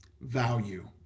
value